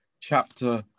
chapter